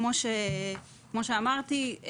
כמו שאמרתי,